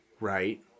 right